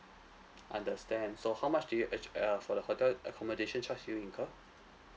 understand so how much did you actu~ uh for the hotel accommodation charge did you incur